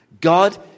God